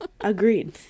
agreed